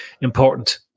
important